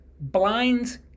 blinds